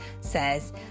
says